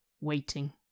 waiting